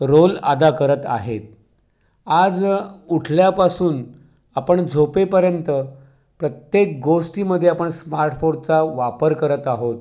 role अदा करत आहेत आज उठल्यापासून आपण झोपेपर्यंत प्रत्येक गोष्टीमध्ये आपण स्मार्टफोनचा वापर करत आहोत